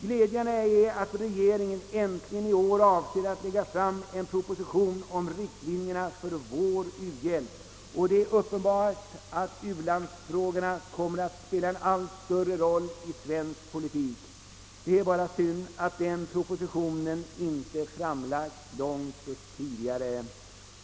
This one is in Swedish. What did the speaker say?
Glädjande är att regeringen äntligen i år avser att lägga fram en proposition om riktlinjerna för vår u-hjälp och att det är uppenbart att u-landsfrågorna kommer att spela en allt större roll i svensk politik. Det är bara synd att den propositionen inte framlagts långt tidigare.